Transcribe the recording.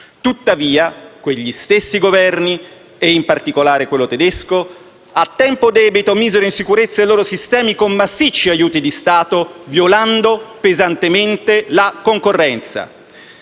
Tuttavia, quegli stessi Governi - in particolare quello tedesco - a tempo debito misero in sicurezza i loro sistemi con massicci aiuti di Stato, violando pesantemente la concorrenza.